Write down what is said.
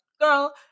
Girl